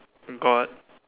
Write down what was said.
got